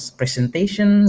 presentation